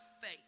faith